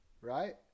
right